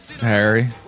Harry